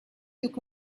look